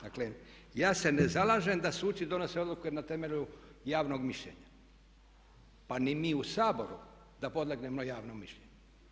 Dakle, ja se ne zalažem da suci donose odluke na temelju javnog mišljenja pa ni mi u Saboru da podlegnemo javnom mišljenju.